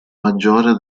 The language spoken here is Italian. maggiore